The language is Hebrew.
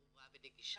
בשפה ברורה ונגישה.